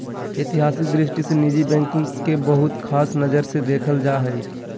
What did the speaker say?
ऐतिहासिक दृष्टि से निजी बैंकिंग के बहुत ख़ास नजर से देखल जा हइ